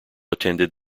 attended